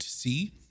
See